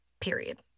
period